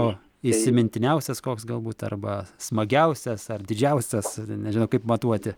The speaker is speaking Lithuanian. o įsimintiniausias koks galbūt arba smagiausias ar didžiausias nežinau kaip matuoti